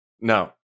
No